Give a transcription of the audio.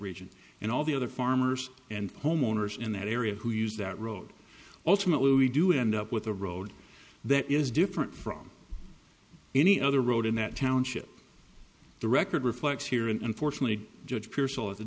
region and all the other farmers and homeowners in that area who use that road ultimately we do end up with a road that is different from any other road in that township the record reflects here and unfortunately judge p